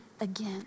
again